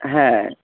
হ্যাঁ